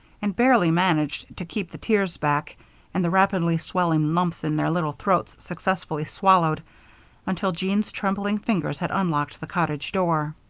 and barely managed to keep the tears back and the rapidly swelling lumps in their little throats successfully swallowed until jean's trembling fingers had unlocked the cottage door.